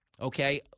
Okay